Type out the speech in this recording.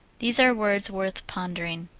these are words worth pondering.